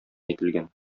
ителгән